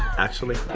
actually.